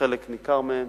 חלק ניכר מהן